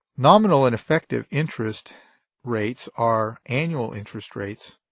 nominal and effective interest rates are annual interest rates.